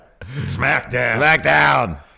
Smackdown